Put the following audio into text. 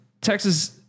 Texas